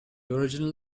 original